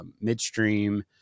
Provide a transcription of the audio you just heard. midstream